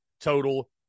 total